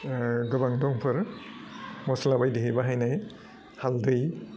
ओह गोबां दंफोर मस्ला बायदिहै बाहायनो हालदै